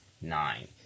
nine